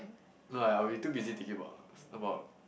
no I'll be too busy thinking about about